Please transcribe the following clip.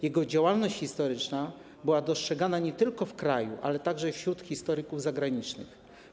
Jego działalność historyczna była dostrzegana nie tylko w kraju, ale także wśród historyków zagranicznych.